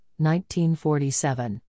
1947